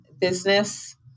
business